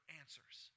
answers